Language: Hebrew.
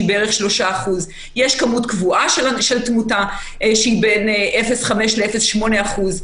שהיא בערך 3%. יש כמות קבועה של תמותה שהיא בין 0.5% ל-0.8%.